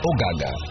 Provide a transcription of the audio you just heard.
Ogaga